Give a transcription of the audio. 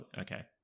Okay